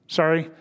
sorry